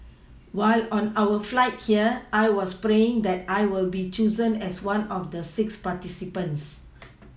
while on our flight here I was praying that I will be chosen as one of the six participants